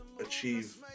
achieve